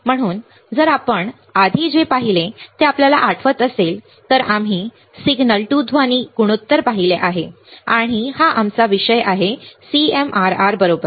म्हणून जर आपण आधी जे पाहिले ते आपल्याला आठवत असेल तर आम्ही सिग्नल टू ध्वनी गुणोत्तर पाहिले आहे आणि आमचा विषय आहे CMRR बरोबर